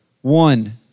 One